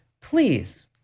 please